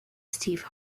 steve